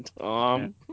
Tom